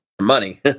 money